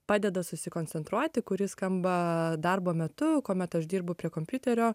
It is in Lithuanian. padeda susikoncentruoti kuri skamba darbo metu kuomet aš dirbu prie kompiuterio